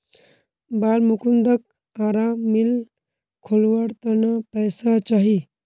बालमुकुंदक आरा मिल खोलवार त न पैसा चाहिए